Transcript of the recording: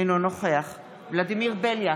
אינו נוכח ולדימיר בליאק,